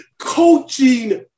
coaching